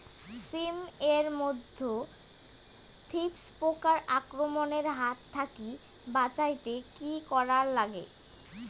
শিম এট মধ্যে থ্রিপ্স পোকার আক্রমণের হাত থাকি বাঁচাইতে কি করা লাগে?